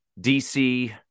DC